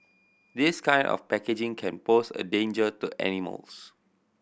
this kind of packaging can pose a danger to animals